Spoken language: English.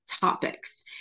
topics